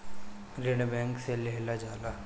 ऋण बैंक से लेहल जाला